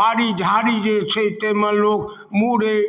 बाड़ी झाड़ी जे छै तै मे लोक मुरइ